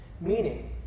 Meaning